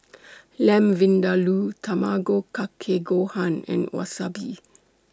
Lamb Vindaloo Tamago Kake Gohan and Wasabi